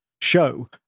show